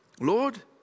Lord